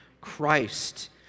Christ